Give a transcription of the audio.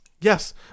Yes